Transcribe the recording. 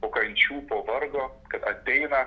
po kančių pavargo kad ateina